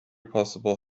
possible